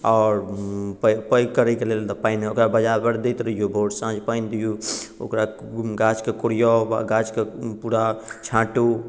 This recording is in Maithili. आओर पैघ करैके लेल तऽ पानि ओकरा बराबर दैत रहिऔ भोर साँझ पानि दिऔ ओकरा गाछके कोड़िआउ गाछके पूरा छाँटू